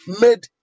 made